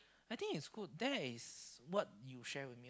I think is good that is what you share with me